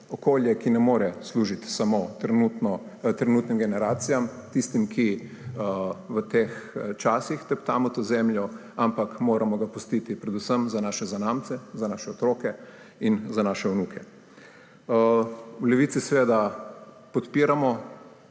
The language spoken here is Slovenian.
Okolje, ki ne more služiti samo trenutnim generacijam, tistim, ki v teh časih teptamo to zemljo, ampak ga moramo pustiti predvsem za svoje zanamce, za svoje otroke in za svoje vnuke. V Levici podpiramo